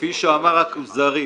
כפי שאמר הכוזרי,